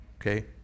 okay